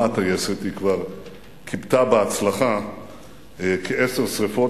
הטייסת היא כבר כיבתה בהצלחה כעשר שרפות,